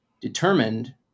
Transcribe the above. determined